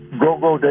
go-go